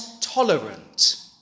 tolerant